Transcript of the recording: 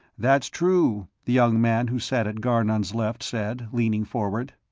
that's true, the young man who sat at garnon's left said, leaning forward.